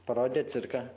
parodė cirką